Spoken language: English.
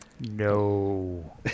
No